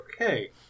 Okay